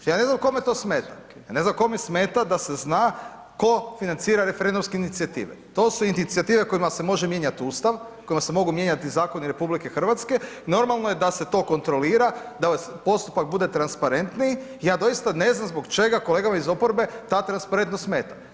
Ja ne znam kome to smeta, ja ne znam kome smeta da se zna tko financira referendumske inicijative, to su inicijative kojima se može mijenjati ustav, kojima se mogu mijenjati Zakoni RH, normalno je da se to kontrolira, da postupak bude transparentniji, ja doista ne znam zbog čega kolegama iz oporbe ta transparentnost smeta.